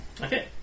Okay